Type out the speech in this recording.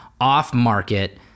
off-market